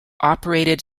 operated